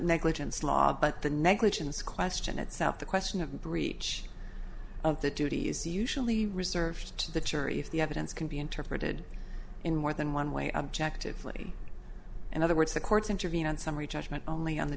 negligence law but the negligence question at south the question of the breach of the duty is usually reserved to the jury if the evidence can be interpreted in more than one way objectively in other words the courts intervene on summary judgment only on the